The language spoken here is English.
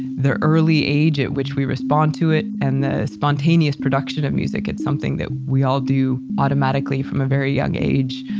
the early age at which we respond to it and the spontaneous production of music, it's something that we all do automatically from a very young age.